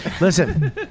Listen